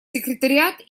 секретариат